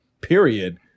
period